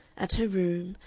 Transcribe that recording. at her room,